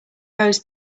rows